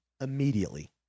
immediately